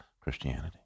Christianity